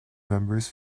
members